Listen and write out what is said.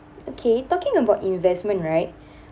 okay talking about investment right